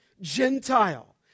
Gentile